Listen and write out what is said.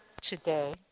today